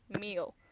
meal